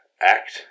act